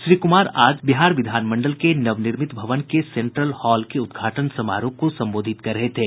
श्री कुमार आज बिहार विधान मंडल के नवनिर्मित भवन के सेंट्रल हॉल के उद्घाटन समारोह को संबोधित कर रहे थे